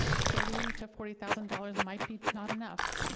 thirty to forty thousand dollars might be not enough,